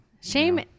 shame